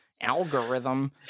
algorithm